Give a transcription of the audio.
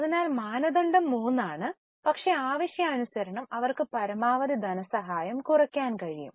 അതിനാൽ മാനദണ്ഡം 3 ആണ് പക്ഷേ ആവശ്യാനുസരണം അവർക്ക് പരമാവധി ധനസഹായം കുറയ്ക്കാൻ കഴിയും